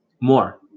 more